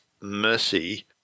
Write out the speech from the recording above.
mercy